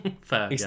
Fair